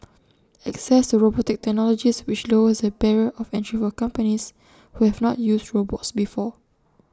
access to robotics technologies which lowers the barrier of entry for companies who have not used robots before